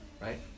Right